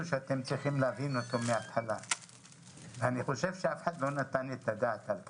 שאתם צריכים להבין אותו מהתחלה ואני חושב שאף אחד לא נתן את הדעת על כך.